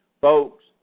Folks